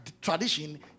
tradition